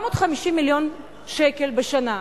450 מיליון שקל בשנה.